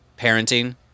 parenting